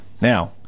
Now